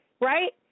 Right